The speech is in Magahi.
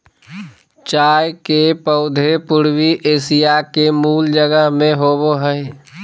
चाय के पौधे पूर्वी एशिया के मूल जगह में होबो हइ